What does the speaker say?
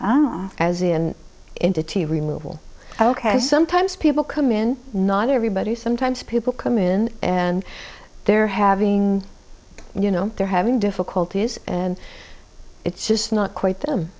as in into t v remove all ok sometimes people come in not everybody sometimes people come in and they're having you know they're having difficulties and it's just not quite them